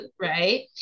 right